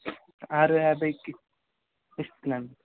ఆరు యాభైకి ఇస్తున్నానండీ